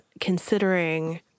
considering